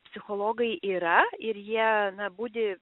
psichologai yra ir jie na budi